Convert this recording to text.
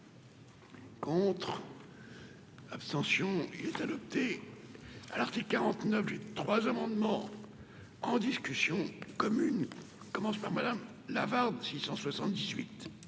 Contre, abstention il est adopté à l'article 49 j'ai trois amendements en discussion commune commence par madame Lavarde 678.